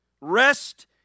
Rest